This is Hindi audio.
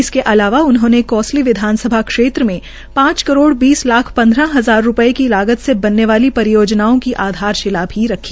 इसके अलावा उन्होंने कोसली विधानसभा क्षेत्र में पांच करोड़ बीस लाख हजार रूपये की लागत से बनने वाली परियोजनाओं की आधारशिला रखी